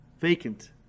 vacant